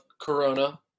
Corona